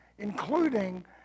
including